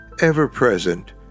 ever-present